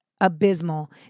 abysmal